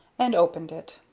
and opened it.